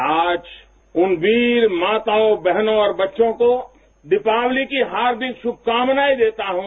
मैं आज उन वीर माताओं बहनों और बच्चों को दीपावली की हार्दिक शुभकामनाएं देता हूं